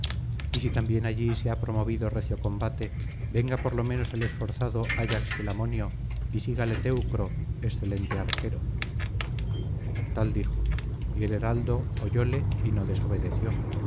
y si también allí se ha promovido recio combate venga por lo menos el esforzado ayax telamonio y sígale teucro excelente arquero tal dijo y el heraldo oyóle y no desobedeció